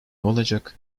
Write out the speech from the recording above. olacak